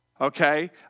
Okay